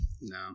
No